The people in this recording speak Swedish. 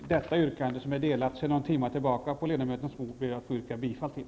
Detta yrkande, som finns utdelat i ledamöternas bänkar, ber jag att få yrka bifall till.